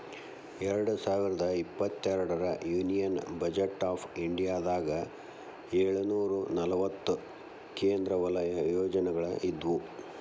ಎರಡ್ ಸಾವಿರದ ಇಪ್ಪತ್ತೆರಡರ ಯೂನಿಯನ್ ಬಜೆಟ್ ಆಫ್ ಇಂಡಿಯಾದಾಗ ಏಳುನೂರ ನಲವತ್ತ ಕೇಂದ್ರ ವಲಯ ಯೋಜನೆಗಳ ಇದ್ವು